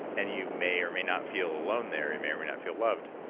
and you may or may not feel alone there, you may or may not feel loved.